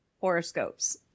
horoscopes